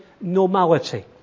normality